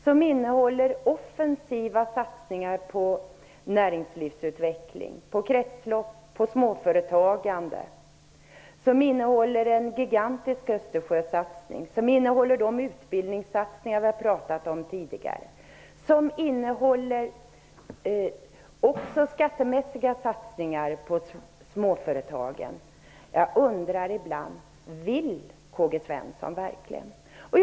Den innehåller offensiva satsningar på näringslivsutveckling, kretslopp och småföretagande. Den innehåller en gigantisk Östersjösatsning, de utbildningsinsatser vi har talat om tidigare och skattemässiga satsningar på småföretagen. Jag undrar ibland om K-G Svenson verkligen vill detta.